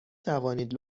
توانید